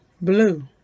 blue